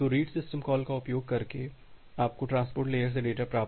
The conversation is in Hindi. तो रीड सिस्टम कॉल का उपयोग करके आपको ट्रांसपोर्ट लेयर से डेटा प्राप्त होगा